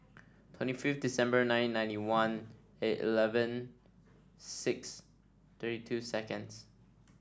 twenty fifth December nineteen ninety one A eleven six thirty two seconds